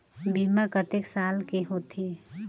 बीमा कतेक साल के होथे?